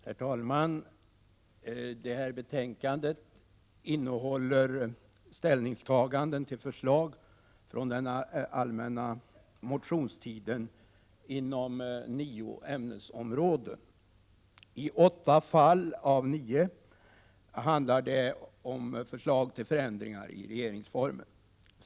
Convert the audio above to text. Herr talman! Det här betänkandet innehåller ställningstaganden till förslag från den allmänna motionstiden inom nio ämnesområden. I åtta av dessa nio fall handlar det om förslag till förändringar i regeringsformen.